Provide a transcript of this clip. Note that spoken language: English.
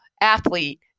athlete